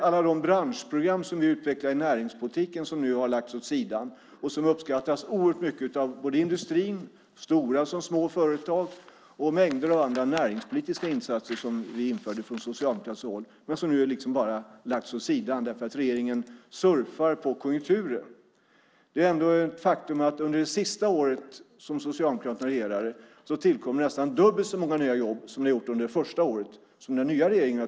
Alla de branschprogram som vi utvecklade i näringspolitiken har nu lagts åt sidan. De uppskattades oerhört mycket både av industrin och av stora och små företag. Vi införde mängder av andra näringspolitiska insatser från socialdemokratiskt håll som nu har lagts åt sidan för att regeringen surfar på konjunkturen. Faktum är att under det sista året som Socialdemokraterna regerade tillkom nästan dubbelt så många nya jobb som det har gjort under det första året med den nya regeringen.